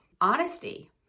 Honesty